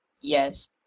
Yes